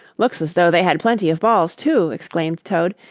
looks as though they had plenty of balls, too, exclaimed toad,